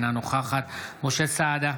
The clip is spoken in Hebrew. אינה נוכחת משה סעדה,